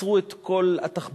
עצרו את כל התחבורה,